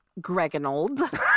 Greganold